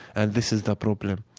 and this is the problem.